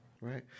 right